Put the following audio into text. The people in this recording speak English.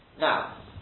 Now